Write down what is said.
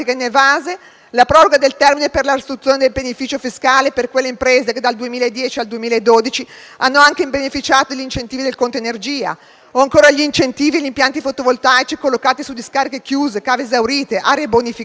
la proroga del termine per la restituzione del beneficio fiscale per quelle imprese che dal 2010 al 2012 hanno anche beneficiato degli incentivi del conto energia. O ancora, gli incentivi per gli impianti fotovoltaici collocati su discariche chiuse, cave esaurite, aree bonificate.